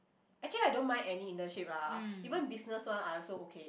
actually I don't mind any internship lah even business one I also okay